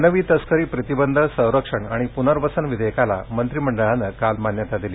मानवी तस्करी प्रतिबंध संरक्षण आणि पुनर्वसन विधेयकाला मंत्रीमंडळानं काल मान्यता दिली